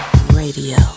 radio